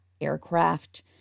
aircraft